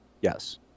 Yes